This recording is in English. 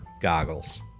goggles